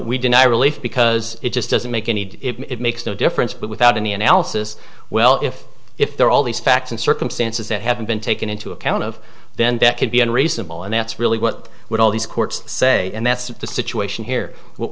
we deny relief because it just doesn't make any it makes no difference but without any analysis well if if there are all these facts and circumstances that haven't been taken into account of then beckett be unreasonable and that's really what with all these courts say and that's the situation here what